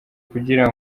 kugira